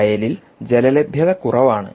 വയലിൽ ജല ലഭ്യത കുറവാണ്